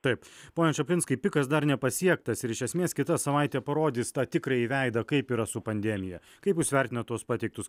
taip pone čaplinskai pikas dar nepasiektas ir iš esmės kita savaitė parodys tą tikrąjį veidą kaip yra su pandemija kaip jūs vertinat tuos pateiktus